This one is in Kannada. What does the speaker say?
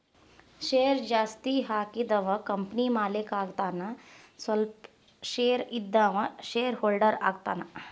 ಶೇರ್ ಜಾಸ್ತಿ ಹಾಕಿದವ ಕಂಪನಿ ಮಾಲೇಕ ಆಗತಾನ ಸ್ವಲ್ಪ ಶೇರ್ ಇದ್ದವ ಶೇರ್ ಹೋಲ್ಡರ್ ಆಗತಾನ